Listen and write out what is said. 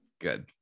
good